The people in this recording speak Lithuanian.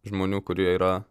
žmonių kurie yra